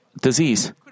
disease